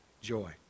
joy